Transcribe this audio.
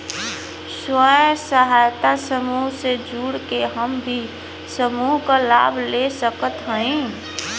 स्वयं सहायता समूह से जुड़ के हम भी समूह क लाभ ले सकत हई?